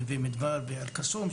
נווה מדבר ואל קסום,